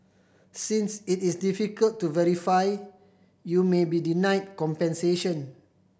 since it is difficult to verify you may be denied compensation